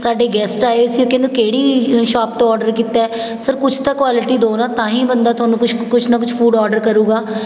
ਸਾਡੇ ਗੈਸਟ ਆਏ ਹੋਏ ਸੀ ਉਹ ਕਹਿੰਦੇ ਕਿਹੜੀ ਸ਼ੋਪ ਤੋਂ ਔਡਰ ਕੀਤਾ ਸਰ ਕੁਛ ਤਾਂ ਕੁਆਲਿਟੀ ਦਿਉ ਨਾ ਤਾਂ ਹੀ ਬੰਦਾ ਤੁਹਾਨੂੰ ਕੁਛ ਕੁਛ ਨਾ ਕੁਛ ਫੂਡ ਔਡਰ ਕਰੇਗਾ